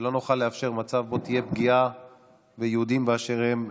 שלא נוכל לאפשר מצב שבו תהיה פגיעה ביהודים באשר הם,